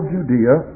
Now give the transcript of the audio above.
Judea